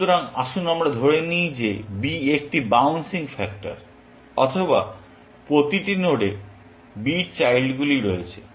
সুতরাং আসুন আমরা ধরে নিই যে b একটি বাউন্সিং ফ্যাক্টর অথবা প্রতিটি নোডে b চাইল্ডগুলি রয়েছে